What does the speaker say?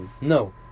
no